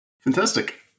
Fantastic